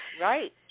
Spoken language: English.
right